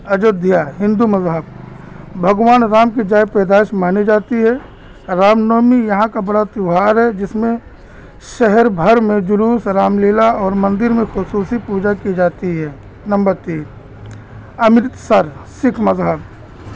ایجودھیا ہندو مذہب بھگوان رام کی جائے پیدائش مانی جاتی ہے رامنومی یہاں کا بڑا تیوہار ہے جس میں شہر بھر میں جلوس رام لیلا اور مندر میں خصوصی پوجا کی جاتی ہے نمبر تین امرتسر سکھ مذہب